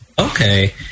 Okay